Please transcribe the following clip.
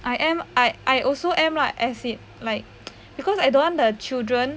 I am I I also am lah as in like because I don't want the children